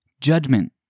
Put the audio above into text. Judgment